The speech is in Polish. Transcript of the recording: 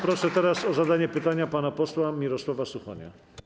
Proszę teraz o zadanie pytania pana posła Mirosława Suchonia.